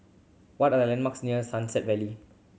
what are the landmarks near Sunset valley